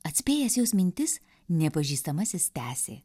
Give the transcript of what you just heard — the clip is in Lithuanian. atspėjęs jos mintis nepažįstamasis tęsė